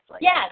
Yes